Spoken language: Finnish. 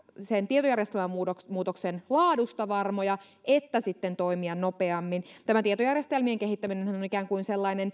sen tietojärjestelmämuutoksen laadusta varmoja että sitten toimia nopeammin tietojärjestelmien kehittäminenhän on ikään kuin sellainen